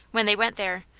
when they went there,